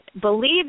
believe